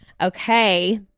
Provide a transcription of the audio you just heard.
Okay